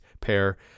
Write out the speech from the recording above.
pair